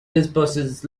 possesses